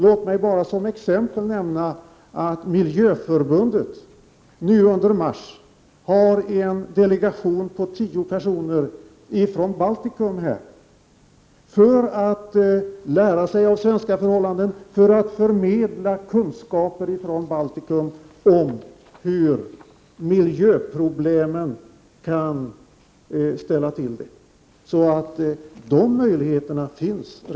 Låt mig bara som exempel nämna att Miljöförbundet nu under mars månad har en delegation på tio personer från Baltikum här för att lära sig av svenska förhållanden och förmedla kunskaper från Baltikum om hur miljöproblemen kan ställa till det där.